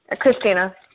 Christina